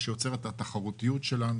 מה שיוצר את התחרותיות שלנו.